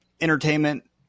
entertainment